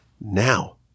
now